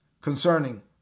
concerning